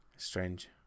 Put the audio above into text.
strange